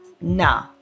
Nah